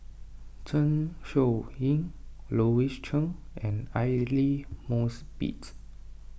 Zeng Shouyin Louis Chen and Aidli Mosbit